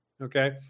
okay